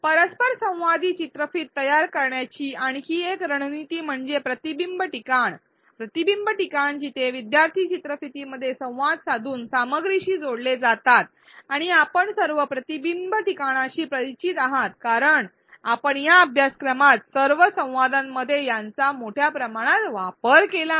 परस्परसंवादी चित्रफित तयार करण्याची आणखी एक रणनीति म्हणजे प्रतिबिंब ठिकाण प्रतिबिंब ठिकाण जिथे विद्यार्थी चित्रफितीमध्ये संवाद साधून सामग्रीशी जोडले जातात आणि आपण सर्व प्रतिबिंब ठिकाणाशी परिचित आहात कारण आपण या अभ्यासक्रमात सर्व संवादांमध्ये याचा मोठ्या प्रमाणात वापर केला आहे